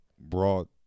brought